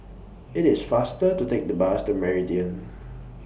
IT IS faster to Take The Bus to Meridian